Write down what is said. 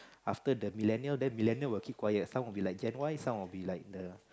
after the millennial then millennial will keep quiet some will be like Gen-Y some will be like the